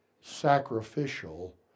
sacrificial